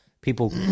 people